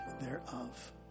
thereof